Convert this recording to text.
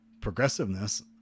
Progressiveness